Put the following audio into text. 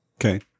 Okay